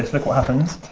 look what happens.